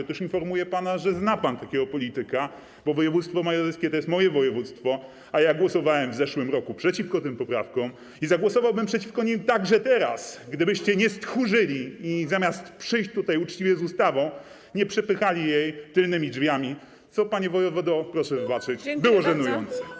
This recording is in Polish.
Otóż informuję pana, że zna pan takiego polityka, bo województwo mazowieckie to moje województwo, a ja głosowałem w ubiegłym roku przeciwko tym poprawkom i zagłosowałbym przeciwko nim także teraz, gdybyście nie stchórzyli i zamiast przyjść uczciwie z ustawą, nie przepychali jej tylnymi drzwiami, co, panie wojewodo, proszę wybaczyć, było żenujące.